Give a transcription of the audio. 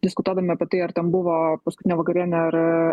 diskutuodami apie tai ar ten buvo paskutinė vakarienė ar